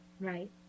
Right